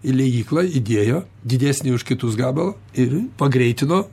į liejyklą įdėjo didesni už kitus gabalą ir pagreitino